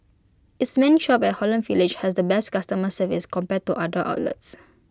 its main shop at Holland village has the best customer service compared to other outlets